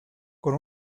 con